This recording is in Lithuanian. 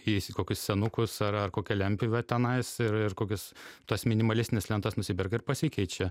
eis į kokius senukus ar ar kokią lentpjūvę tenais ir ir kokias tas minimalistines lentas nusiperka ir pasikeičia